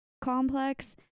complex